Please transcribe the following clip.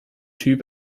typ